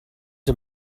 him